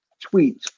Tweet